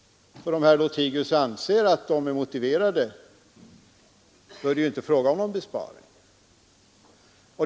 För om herr Lothigius anser att de är motiverade är det inte fråga om någon besparing.